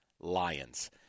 Lions